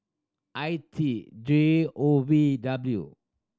I T J O V W